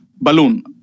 balloon